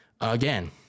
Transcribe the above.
again